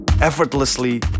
effortlessly